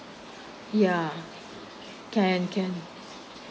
yeah can can